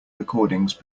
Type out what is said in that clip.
recordings